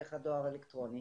דרך הדואר האלקטרוני.